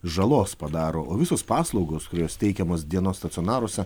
žalos padaro o visos paslaugos kurios teikiamos dienos stacionaruose